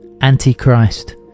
Antichrist